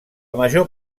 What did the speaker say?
major